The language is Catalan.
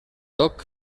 toc